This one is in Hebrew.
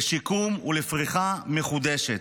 לשיקום ולפריחה מחודשת.